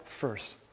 first